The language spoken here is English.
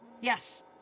Yes